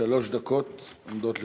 שלוש דקות עומדות לרשותך.